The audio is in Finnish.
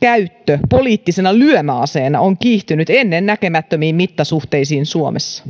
käyttö poliittisena lyömäaseena on kiihtynyt ennennäkemättömiin mittasuhteisiin suomessa